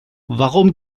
warum